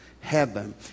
Heaven